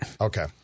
Okay